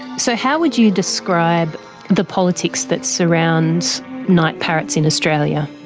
so, how would you describe the politics that surrounds night parrots in australia?